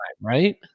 right